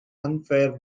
unfair